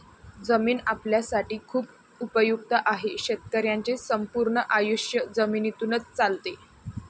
जमीन आपल्यासाठी खूप उपयुक्त आहे, शेतकऱ्यांचे संपूर्ण आयुष्य जमिनीतूनच चालते